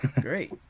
Great